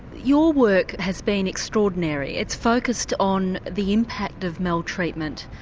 your work has been extraordinary, it's focussed on the impact of maltreatment,